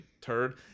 turd